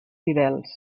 fidels